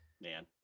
Man